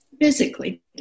physically